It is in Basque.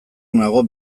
nago